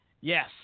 Yes